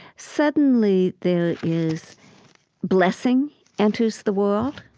suddenly there is blessing enters the world.